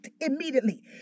immediately